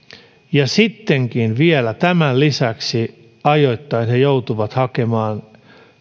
ja sittenkin vielä tämän lisäksi ajoittain he joutuvat hakemaan